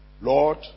Lord